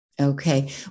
Okay